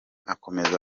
akomeza